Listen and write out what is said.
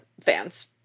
fans